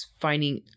finding